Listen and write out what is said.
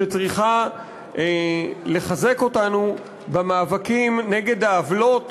שצריכה לחזק אותנו במאבקים נגד העוולות